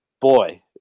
Boy